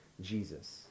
Jesus